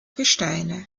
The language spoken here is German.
gesteine